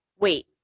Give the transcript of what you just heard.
Wait